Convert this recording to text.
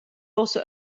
also